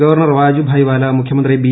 governor Vajubhai Vala മുഖ്യമന്ത്രി B